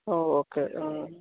ഓ okay ആ